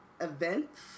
Events